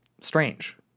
strange